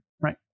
Right